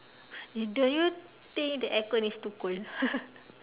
uh do you think the aircon is too cold